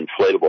inflatable